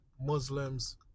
Muslims